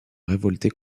révolter